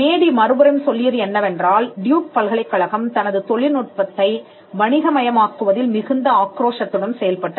மேடி மறுபுறம்சொல்லியது என்னவென்றால் டியூக் பல்கலைக்கழகம் தனது தொழில் நுட்பத்தை வணிகமயமாக்குவதில் மிகுந்த ஆக்ரோஷத்துடன் செயல்பட்டது